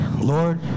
lord